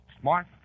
smart